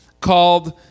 called